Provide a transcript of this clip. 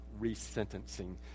resentencing